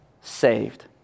saved